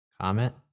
comment